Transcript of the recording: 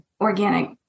organic